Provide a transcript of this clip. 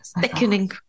thickening